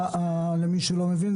למי שלא מכיר,